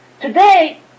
Today